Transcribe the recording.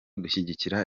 dushyigikira